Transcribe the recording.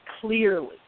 clearly